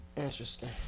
Interesting